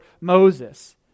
Moses